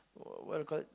what do you call it